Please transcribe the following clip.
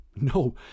No